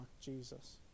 Jesus